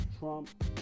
Trump